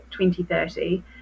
2030